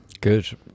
Good